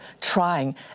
trying